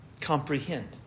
comprehend